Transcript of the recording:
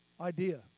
idea